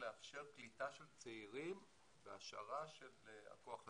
לאפשר קליטה של צעירים והשארה של הכוח הצעיר.